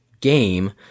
game